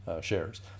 shares